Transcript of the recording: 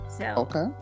okay